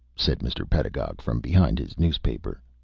said mr. pedagog from behind his newspaper.